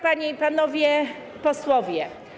Panie i Panowie Posłowie!